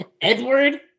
Edward